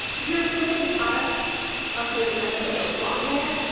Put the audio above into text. you're putting products up your vagina that don't belong there.